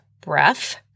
breath